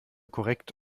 korrekt